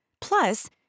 plus